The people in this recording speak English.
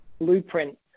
blueprint